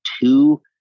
two